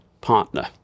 partner